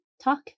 talk